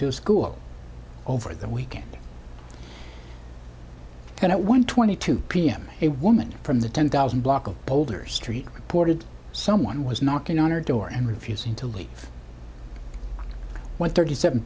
to school over the weekend and at one twenty two pm a woman from the ten thousand block of boulders treat reported someone was knocking on her door and refusing to leave one thirty seven